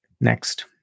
Next